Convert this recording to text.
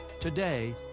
Today